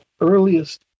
earliest